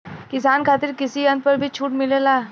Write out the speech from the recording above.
किसान खातिर कृषि यंत्र पर भी छूट मिलेला?